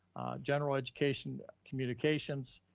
general education, communications,